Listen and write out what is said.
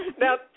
Now